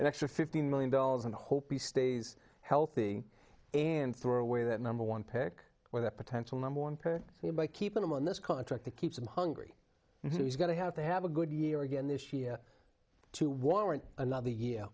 an extra fifteen million dollars and i hope he stays healthy and throw away that number one pick or the potential number one pair him by keep him on this contract that keeps him hungry so he's going to have to have a good year again this year to warrant another year